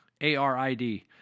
A-R-I-D